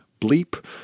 bleep